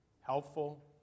helpful